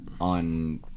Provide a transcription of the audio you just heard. on